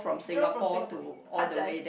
drove from Singapore